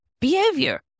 behavior